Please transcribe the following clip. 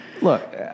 Look